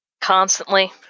Constantly